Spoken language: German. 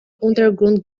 untergrund